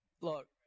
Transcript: Look